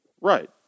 Right